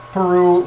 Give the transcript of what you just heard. Peru